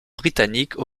britanniques